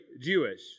Jewish